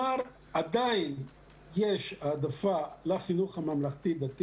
אני מניח שאנשי משרד החינוך יידעו